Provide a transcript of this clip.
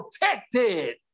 protected